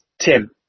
Tim